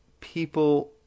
people